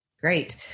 Great